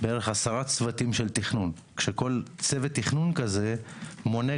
מרכז שלטון מקומי, מישהו נמצא?